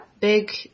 big